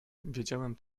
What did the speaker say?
wiedziałem